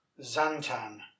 Zantan